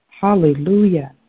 Hallelujah